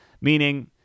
meaning